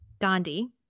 Gandhi